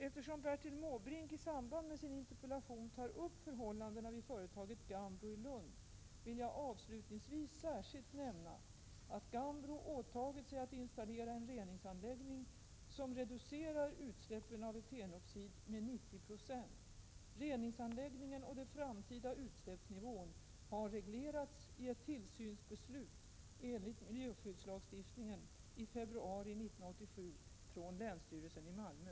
Eftersom Bertil Måbrink i samband med sin interpellation tar upp förhållandena vid företaget Gambro i Lund, vill jag avslutningsvis särskilt nämna att Gambro åtagit sig att installera en reningsanläggning som reducerar utsläppen av etenoxid med 90 20. Reningsanläggningen och den framtida utsläppsnivån har reglerats i ett tillsynsbeslut enligt miljöskyddslagstiftningen i februari 1987 från länsstyrelsen i Malmö.